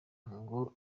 ngo